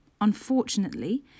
Unfortunately